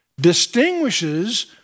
distinguishes